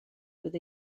with